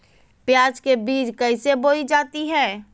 प्याज के बीज कैसे बोई जाती हैं?